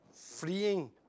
freeing